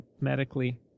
medically